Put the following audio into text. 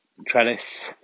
Trellis